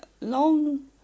long